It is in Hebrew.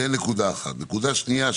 נקודה שנייה,